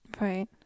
Right